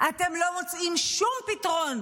אתם לא מוצאים שום פתרון